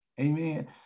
Amen